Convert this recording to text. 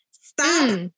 stop